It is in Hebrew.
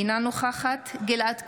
אינה נוכחת גלעד קריב,